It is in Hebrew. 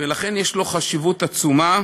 ולכן יש לו חשיבות עצומה.